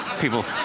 people